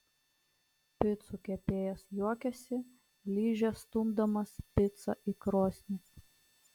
picų kepėjas juokiasi liže stumdamas picą į krosnį